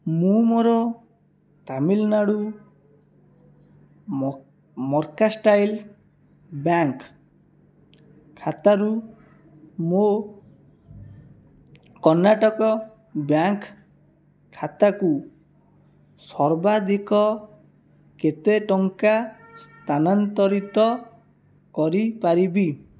ମୁଁ ମୋର Tamil Nadu mercantile bank ଖାତାରୁ ମୋ କର୍ଣ୍ଣାଟକ ବ୍ୟାଙ୍କ ଖାତାକୁ ସର୍ବାଧିକ କେତେ ଟଙ୍କା ସ୍ଥାନାନ୍ତରିତ କରିପାରିବି